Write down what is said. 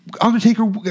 Undertaker